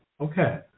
okay